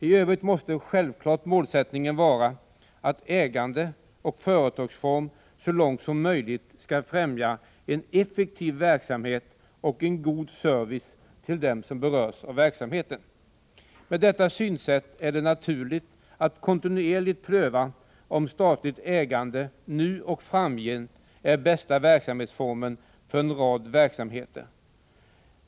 I övrigt måste självfallet målsättningen vara att ägande och företagsform så långt som möjligt skall främja en effektiv verksamhet och en god service till dem som berörs av verksamheten. Med detta synsätt är det naturligt att kontinuerligt pröva om statligt ägande nu och framgent är den bästa verksamhetsformen för en rad verksamheter.